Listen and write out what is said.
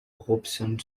robson